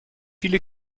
viele